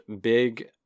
big